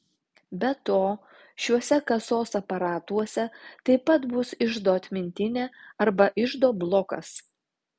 be to šiuose kasos aparatuose taip pat bus iždo atmintinė arba iždo blokas